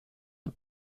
nom